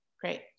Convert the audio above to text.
Great